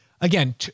again